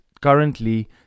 currently